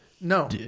No